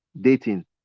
dating